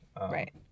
Right